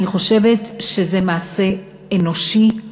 אני חושבת שזה מעשה אנושי-הומני.